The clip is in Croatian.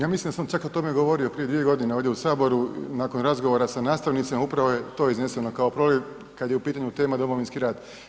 Ja mislim da sam čak o tome govorio prije 2.g. ovdje u HS nakon razgovora sa nastavnicima, upravo je to izneseno kao problem kad je u pitanju tema Domovinski rat.